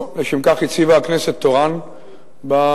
לשם כך הציבה הכנסת תורן במליאה,